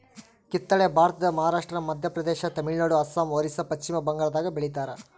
ಕಿತ್ತಳೆ ಭಾರತದ ಮಹಾರಾಷ್ಟ್ರ ಮಧ್ಯಪ್ರದೇಶ ತಮಿಳುನಾಡು ಅಸ್ಸಾಂ ಒರಿಸ್ಸಾ ಪಚ್ಚಿಮಬಂಗಾಳದಾಗ ಬೆಳಿತಾರ